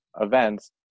events